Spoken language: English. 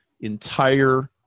entire